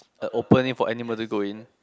like open it for animal to go in